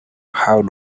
how